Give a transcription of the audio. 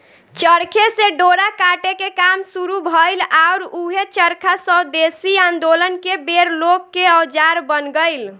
चरखे से डोरा काटे के काम शुरू भईल आउर ऊहे चरखा स्वेदेशी आन्दोलन के बेर लोग के औजार बन गईल